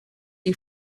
you